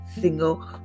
single